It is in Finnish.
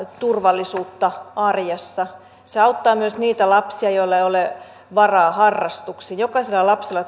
turvallisuutta arjessa se auttaa myös niitä lapsia joilla ei ole varaa harrastuksiin jokaisella lapsella